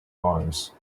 mars